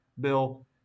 bill